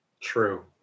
True